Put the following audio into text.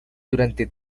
durante